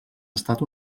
estat